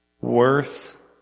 Worth